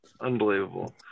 unbelievable